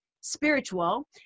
Spiritual